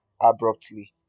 abruptly